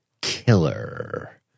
killer